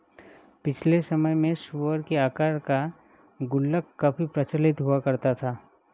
पिछले समय में सूअर की आकार का गुल्लक काफी प्रचलित हुआ करता था